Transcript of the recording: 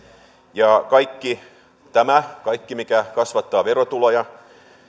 ja kaikki tämä kaikki mikä kasvattaa verotuloja